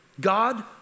God